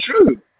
true